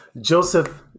Joseph